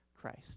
Christ